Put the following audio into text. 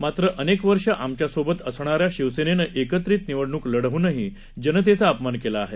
मात्र अनेकवर्षे आमच्यासोबत असणाऱ्या शिवसेनेनं एकत्रित निवडणूक लढवूनही जनतेचा अपमान केला आहे